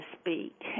speak